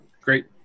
Great